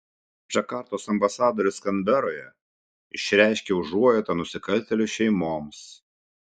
džakartos ambasadorius kanberoje išreiškė užuojautą nusikaltėlių šeimoms